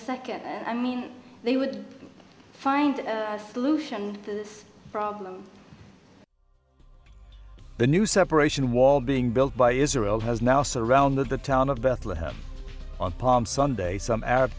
second i mean they would find a solution to this problem the new separation wall being built by israel has now surrounded the town of bethlehem on palm sunday some arab